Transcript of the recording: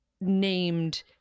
Named